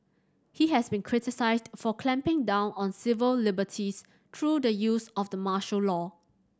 he has been criticised for clamping down on civil liberties through the use of the martial law